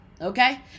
okay